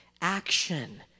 action